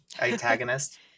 antagonist